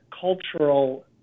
cultural